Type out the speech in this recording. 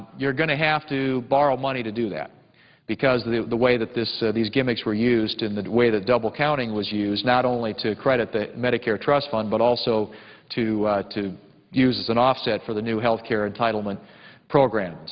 you're going to have to borrow money to do that because of the the way that this these gimmicks were used and the way the double counting was used, not only to credit the medicare trust fund but also to to to use as an offset for the new health care entitlement program. so,